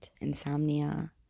Insomnia